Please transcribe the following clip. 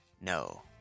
No